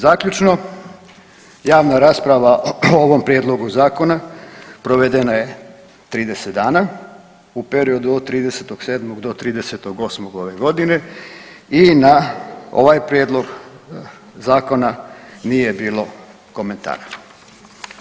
Zaključno javna rasprava o ovom prijedlogu zakona provedena je 30 dana u periodu od 30.7. do 30.8. ove godine i na ovaj prijedlog zakona nije bilo komentara.